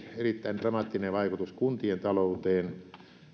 erittäin dramaattinen vaikutus kuntien talouteen